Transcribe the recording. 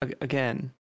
again